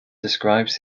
describes